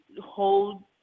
hold